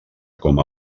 com